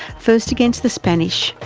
first against the spanish,